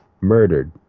Murdered